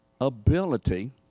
ability